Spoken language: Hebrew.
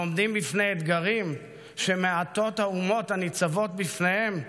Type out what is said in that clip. ועומדים בפני אתגרים שמעטות האומות הניצבות בפניהם,